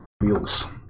wheels